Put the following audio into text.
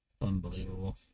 Unbelievable